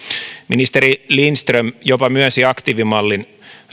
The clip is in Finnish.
ministeri lindström jopa myönsi aktiivimallin